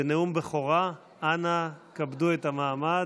זה נאום בכורה, אנא כבדו את המעמד.